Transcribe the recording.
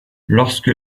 lorsque